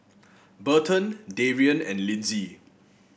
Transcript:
Burton Darrien and Lyndsey